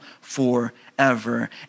forever